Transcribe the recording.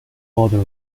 father